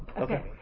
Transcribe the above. Okay